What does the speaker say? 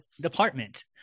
department